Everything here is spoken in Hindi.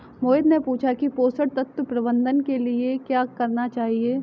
मोहित ने पूछा कि पोषण तत्व प्रबंधन के लिए क्या करना चाहिए?